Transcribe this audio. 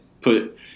put